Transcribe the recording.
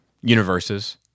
universes